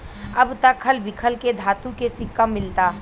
अब त खल बिखल के धातु के सिक्का मिलता